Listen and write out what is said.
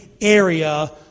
area